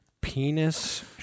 Penis